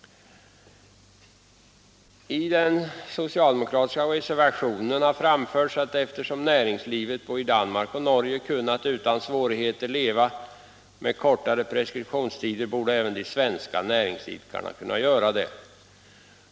I den socialdemokratiska reservationen har framförts att eftersom näringslivet både i Danmark och i Norge utan svårigheter kunnat leva med en kortare preskriptionstid borde även det svenska näringslivet kunna göra det.